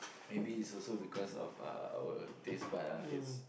maybe it's also because of uh our taste bud ah it's